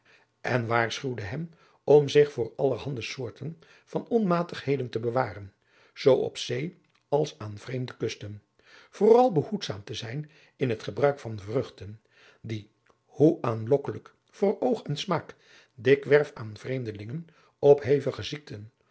en waarschuwde hem om zich voor allerhande soorten van onmatigheden te bewaren zoo op zee als aan vreemde kusten vooral behoedzaam te zijn in het gebruik van vruchten die hoe aanlokkelijk voor oog en smaak dikwerf aan vreemdelingen op hevige ziekten